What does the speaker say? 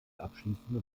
abschließende